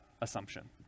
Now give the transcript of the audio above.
assumption